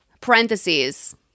parentheses